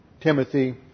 Timothy